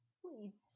please